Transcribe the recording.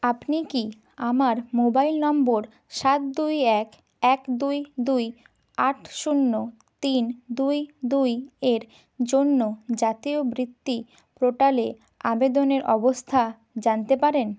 আপনি কি আমার মোবাইল নম্বর সাত দুই এক এক দুই দুই আট শূন্য তিন দুই দুই এর জন্য জাতীয় বৃত্তি পোর্টালে আবেদনের অবস্থা জানতে পারেন